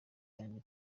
yanjye